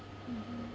mmhmm